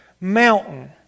mountain